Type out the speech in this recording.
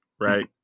right